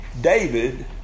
David